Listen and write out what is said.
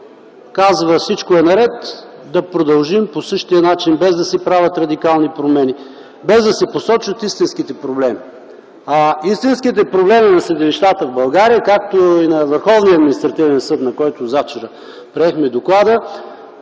казва: „Всичко е наред, да продължим по същия начин, без да се правят радикални промени, без да се посочват истинските проблеми”. Истинските проблеми на съдилищата в България, както и на Върховния административен съд, на който завчера приехме доклада,